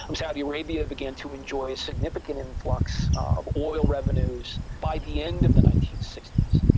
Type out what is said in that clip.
um saudi arabia began to enjoy a significant influx of oil revenues by the end of the nineteen sixty s.